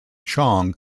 chong